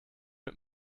mit